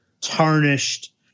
tarnished